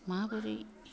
माबोरै